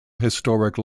historic